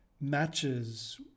matches